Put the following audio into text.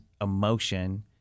emotion